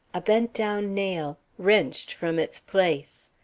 a bent-down nail, wrenched from its place,